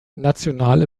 nationale